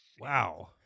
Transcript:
Wow